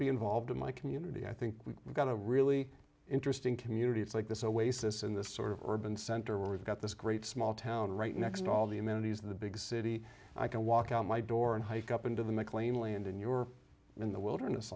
be involved in my community i think we've got a really interesting community it's like this always this in this sort of urban center we've got this great small town right next to all the amenities of the big city and i can walk out my door and hike up into the mclean land and you're in the wilderness